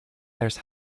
there’s